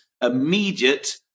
immediate